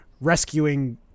rescuing